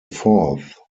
fourth